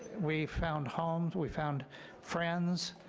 we found homes, we found friends.